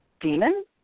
demon